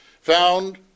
found